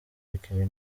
bikini